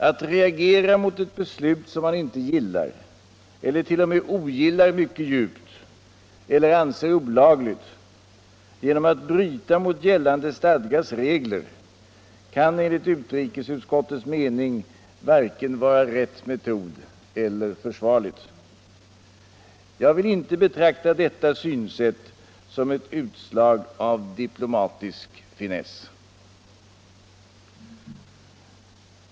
Att reagera mot ett beslut som man inte gillar eller t.o.m. ogillar mycket djupt, eller anser olagligt, genom att bryta mot gällande stadgas regler kan enligt utrikesutskottets mening varken vara rätt metod eller försvarligt. Jag vill inte betrakta detta synsätt som något utslag av diplomatisk finess.